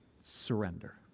surrender